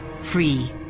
free